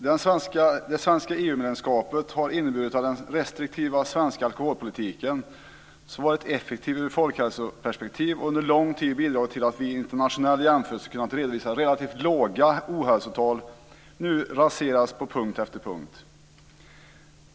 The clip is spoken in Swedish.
Fru talman! Det svenska EU-medlemskapet har inneburit att den restriktiva svenska alkoholpolitiken - som varit effektivt ur ett folkhälsoperspektiv och under lång tid bidragit till att vi i internationell jämförelse kunnat redovisa relativt låga ohälsotal - nu raseras på punkt efter punkt.